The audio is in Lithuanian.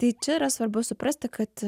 tai čia yra svarbu suprasti kad